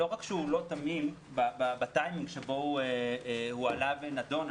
לא רק שהוא לא תמים בטיימינג שבו הוא עלה ונדון,